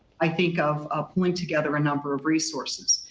i think of ah pulling together a number of resources.